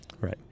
Right